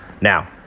Now